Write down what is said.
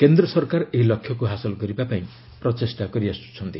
କେନ୍ଦ୍ର ସରକାର ଏହି ଲକ୍ଷ୍ୟକୁ ହାସଲ କରିବା ପାଇଁ ପ୍ରଚେଷ୍ଟା କରିଆସ୍ଟୁଛନ୍ତି